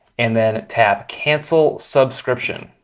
and then tap cancel subscription.